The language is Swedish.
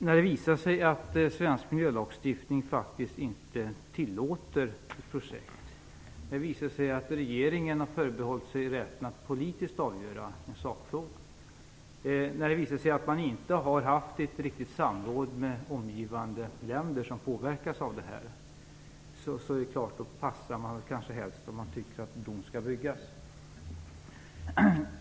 När det visar sig att svensk miljölagstiftning inte tillåter ett projekt, när det visar att regeringen har förbehållit sig rätten att politiskt avgöra en sakfråga och när det visar sig att det inte har varit ett riktigt samråd med omgivande länder som påverkas av detta passar man kanske helst och tycker att bron skall byggas.